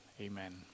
Amen